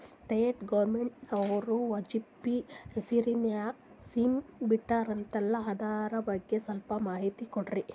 Central ಗವರ್ನಮೆಂಟನವರು ವಾಜಪೇಯಿ ಹೇಸಿರಿನಾಗ್ಯಾ scheme ಬಿಟ್ಟಾರಂತಲ್ಲ ಅದರ ಬಗ್ಗೆ ಸ್ವಲ್ಪ ಮಾಹಿತಿ ಕೊಡ್ರಿ?